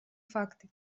факты